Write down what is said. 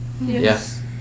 yes